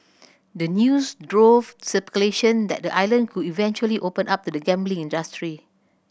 the news drove speculation that the island could eventually open up to the gambling industry